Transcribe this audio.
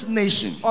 nation